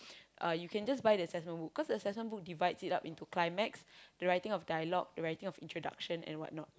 uh you can just buy the assessment book cause the assessment book divides it up into climax the writing of dialogue the writing of introduction and whatnot